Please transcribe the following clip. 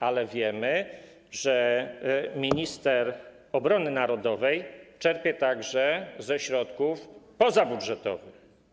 Ale wiemy, że minister obrony narodowej czerpie także ze środków pozabudżetowych.